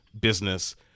business